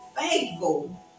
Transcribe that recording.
faithful